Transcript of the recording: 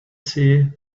sea